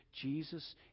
Jesus